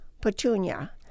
petunia